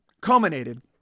culminated